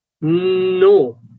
no